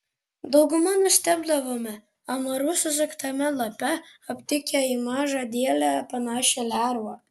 dauguma nustebdavome amarų susuktame lape aptikę į mažą dėlę panašią lervą